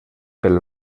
pel